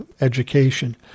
education